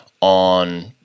on